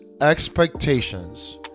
expectations